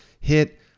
hit